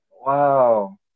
wow